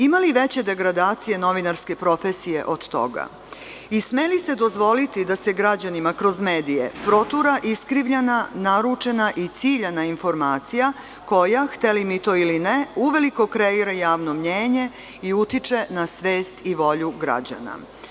Ima li veće degradacije novinarske profesije od toga i sme li se dozvoliti da se g rađanima kroz medije protura iskrivljena, naručena i ciljana informacija, koja, hteli mi to ili ne, uveliko kreira javno mnjenje, i utiče na svest i volju građana.